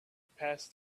passed